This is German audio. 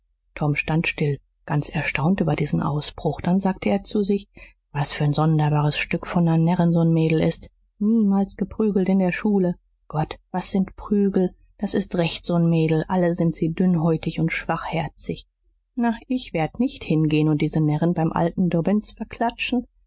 tom stand still ganz erstaunt über diesen ausbruch dann sagte er zu sich was für n sonderbares stück von ner närrin so n mädel ist niemals geprügelt in der schule gott was sind prügel das ist recht so n mädel alle sind sie dünnhäutig und schwachherzig na ich werd nicht hingehn und diese närrin beim alten dobbins